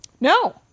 No